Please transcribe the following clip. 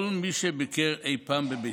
כל מי שביקר אי פעם בביתו,